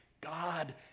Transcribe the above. God